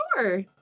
Sure